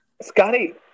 Scotty